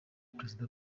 perezida